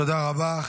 תודה רבה.